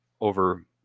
over